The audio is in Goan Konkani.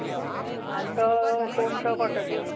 हय आनी तो कोण तो कोटेक्यूड